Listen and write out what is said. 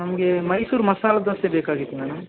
ನಮಗೆ ಮೈಸೂರು ಮಸಾಲೆ ದೋಸೆ ಬೇಕಾಗಿತ್ತು ಮೇಡಮ್